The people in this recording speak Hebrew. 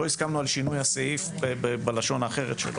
לא הסכמנו על שינוי הסעיף בלשון אחרת שלו.